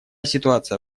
ситуация